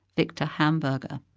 viktor hamburger.